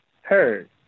heard